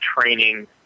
training